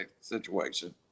situation